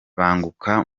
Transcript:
banguka